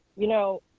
you know,